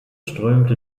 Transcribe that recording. strömte